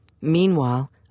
Meanwhile